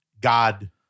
God